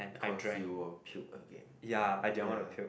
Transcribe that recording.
cause you will puke again uh ya